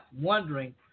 wondering